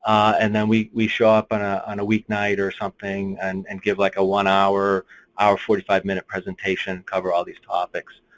and then we we show up and ah on a week night or something and and give like a one hour hour or forty five minute presentation cover all these topics.